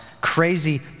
crazy